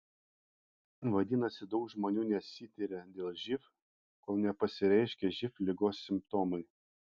vadinasi daug žmonių nesitiria dėl živ kol nepasireiškia živ ligos simptomai